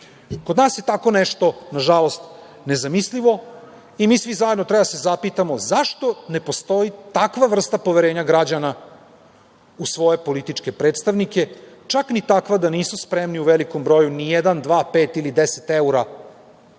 Kod nas je tako nešto, nažalost, nezamislivo i mi svi zajedno treba da se zapitamo zašto ne postoji takva vrsta poverenja građana u svoje političke predstavnike, čak ni takva da nisu spremni u velikom broju ni jedan, dva, pet ili deset evra odvojiti